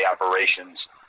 operations